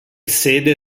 sede